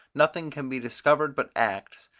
nothing can be discovered but acts,